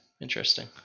Interesting